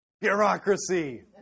Bureaucracy